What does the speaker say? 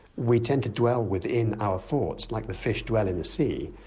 we tend to dwell within our thoughts like the fish dwell in the sea.